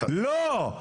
לא,